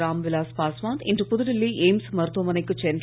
ராம்விலாஸ் பாஸ்வான் இன்று புதுடில்லி எய்ம்ஸ் மருத்துவமனைக்கு சென்று